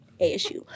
ASU